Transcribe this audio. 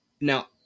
Now